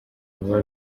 vuba